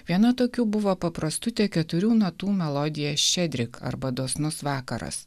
viena tokių buvo paprastutė keturių natų melodija ščedrik arba dosnus vakaras